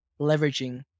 leveraging